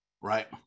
right